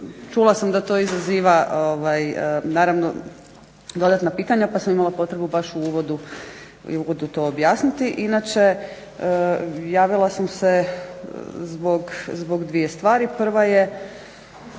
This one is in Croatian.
čula sam da to izaziva naravno dodatna pitanja pa sam imala potrebu baš u uvodu to objasniti. Inače, javila sam se zbog dvije stvari. Prva je